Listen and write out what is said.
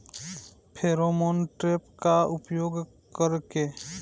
Pheromone trap का उपयोग कर के?